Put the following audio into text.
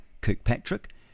Kirkpatrick